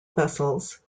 vessels